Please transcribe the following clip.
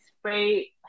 spray